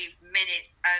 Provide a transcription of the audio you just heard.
minutes